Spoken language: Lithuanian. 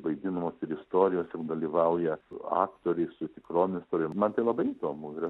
vaidinamos ir istorijos ir dalyvauja aktoriai su tikrom istorijom man tai labai įdomu ir aš